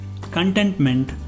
Contentment